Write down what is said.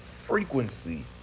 frequency